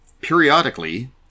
periodically